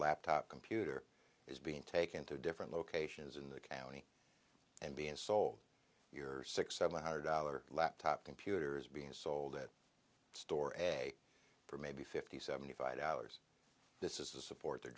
laptop computer is being taken to different locations in the county and being sold your six seven hundred dollar laptop computers being sold at store ebay for maybe fifty seventy five dollars this is a support their